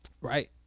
right